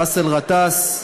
באסל גטאס,